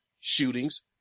shootings